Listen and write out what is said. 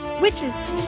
witches